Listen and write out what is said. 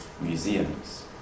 museums